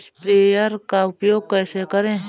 Sprayer का उपयोग कैसे करें?